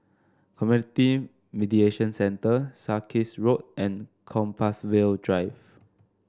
Community Mediation Centre Sarkies Road and Compassvale Drive